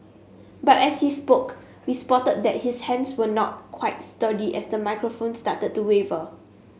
but as he spoke we spotted that his hands were not quite sturdy as the microphone started to waver